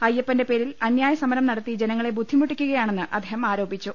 അയ്യപ്പന്റെ പേരിൽ അന്യായസമരം നടത്തി ജനങ്ങളെ ബുദ്ധിമുട്ടിക്കുകയാണെന്ന് അദ്ദേഹം ആരോപിച്ചു